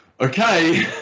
okay